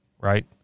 right